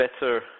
better